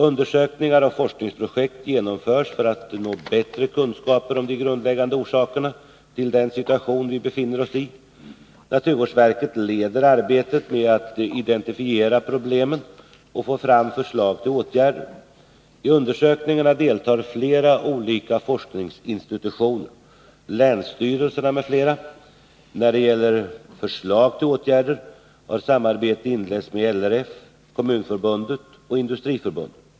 Undersökningar och forskningsprojekt genomförs för att nå bättre kunskaper om de grundläggande orsakerna till den situation vi befinner oss i. Naturvårdsverket leder arbetet med att identifiera problemen och få fram förslag till åtgärder. I undersökningarna deltar flera olika forskningsinstitutioner, länsstyrelserna m.fl. När det gäller förslag till åtgärder har samarbete inletts med LRF, Kommunförbundet och Industriförbundet.